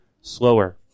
slower